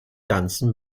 ganzen